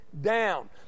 down